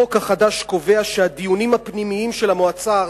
החוק החדש קובע שהדיונים הפנימיים של המועצה הארצית,